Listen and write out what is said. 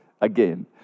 again